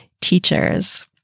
teachers